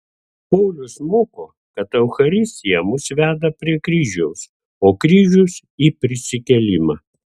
paulius moko kad eucharistija mus veda prie kryžiaus o kryžius į prisikėlimą